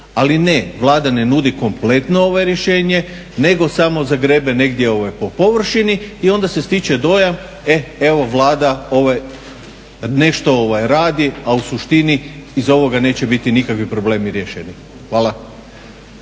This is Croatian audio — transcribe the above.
ali ne Vlada ne nudi kompletno rješenje nego samo zagrebe po površini i onda se stiče dojam, e evo Vlada nešto radi, a u suštini iz ovoga neće biti nikakvi problemi riješeni. Hvala.